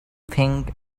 think